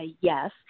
yes